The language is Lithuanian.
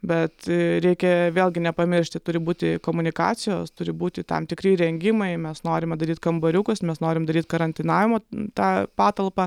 bet reikia vėlgi nepamiršti turi būti komunikacijos turi būti tam tikri įrengimai mes norime daryti kambariukus mes norime daryti karantinavimo tą patalpą